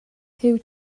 huw